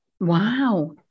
Wow